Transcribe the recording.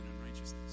unrighteousness